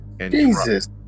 Jesus